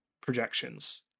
projections